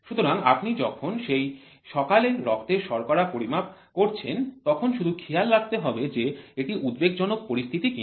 সুতরাং আপনি যখন সেই সকালে রক্তের শর্করা পরিমাপ করছেন তখন শুধু খেয়াল রাখতে হবে যে এটি উদ্বেগজনক পরিস্থিতি কিনা